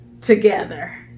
together